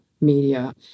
media